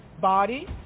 body